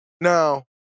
Now